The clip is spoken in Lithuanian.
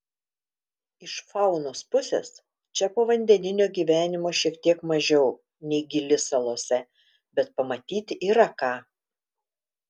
iš faunos pusės čia povandeninio gyvenimo šiek tiek mažiau nei gili salose bet pamatyti yra ką